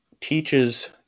teaches